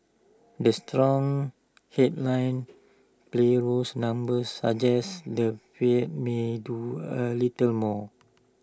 the strong headline play rolls numbers suggest the fed may do A little more